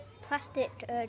plastic